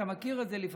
אתה מכיר את זה.